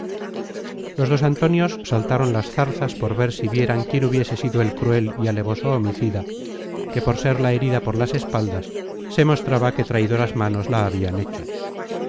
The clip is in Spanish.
dos antonios saltaron las zarzas por ver si vieran quién hubiese sido el cruel y alevoso homicida que por ser la herida por las espaldas se mostraba que traidoras manos la habian hecho